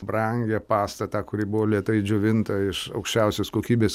brangią pastatą tą kuri buvo lėtai džiovinta iš aukščiausios kokybės